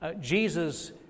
Jesus